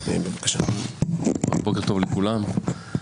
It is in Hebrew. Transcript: בוקר טוב לכולם.